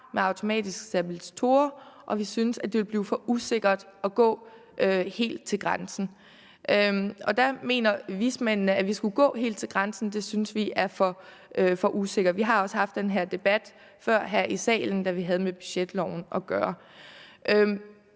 med automatiske stabilisatorer, og at vi synes, at det ville blive for usikkert at gå helt til grænsen. Der mener vismændene at vi skulle gå helt til grænsen. Det synes vi er for usikkert. Vi har også haft den her debat før her i salen, da vi havde med budgetloven gøre.